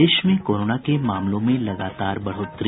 प्रदेश में कोरोना के मामलों में लगातार बढ़ोतरी